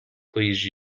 please